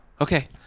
okay